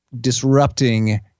disrupting